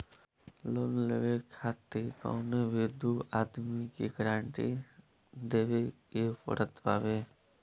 loan लेवे खातिर कवनो भी दू आदमी के गारंटी देवे के पड़त हवे